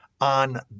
on